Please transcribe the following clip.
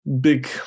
big